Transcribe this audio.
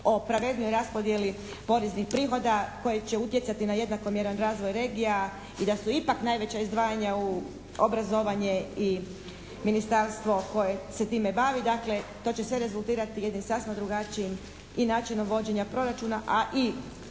o pravednoj raspodjeli poreznih prihoda koji će utjecati na jednakomjeran razvoj regija i da su ipak najveća izdvajanja u obrazovanje i ministarstvo koje se time bavi. Dakle, to će sve rezultirati jednim sasma drugačijim i načinom vođenja proračuna, a i